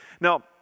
Now